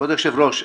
כבוד היושב-ראש,